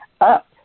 up